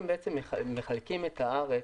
למעשה מחלקים את הארץ,